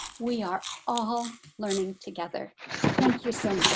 we are all learning together. like